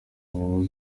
n’inyungu